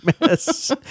mess